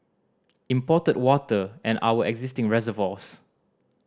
imported water and our existing reservoirs